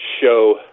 show